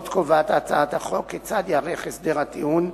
עוד קובעת הצעת החוק כיצד ייערך הסדר הטיעון,